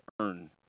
earn